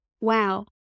wow